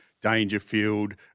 Dangerfield